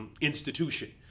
institution